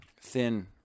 thin